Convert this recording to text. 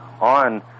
on